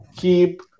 Keep